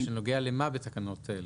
אבל שנוגע למה בתקנות?